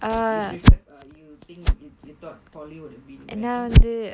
you preferred you think you uh you thought polytechnic would have been better